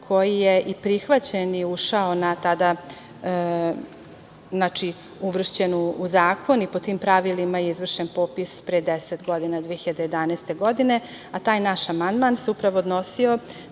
koji je i prihvaćen i tada uvršćen u Zakon i po tim pravilima je izvršen popis pre deset godina, 2011. godine. Taj naš amandman se upravo odnosio